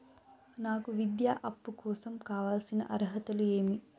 నాకు విద్యా అప్పు కోసం కావాల్సిన అర్హతలు ఏమి?